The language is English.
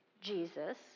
Jesus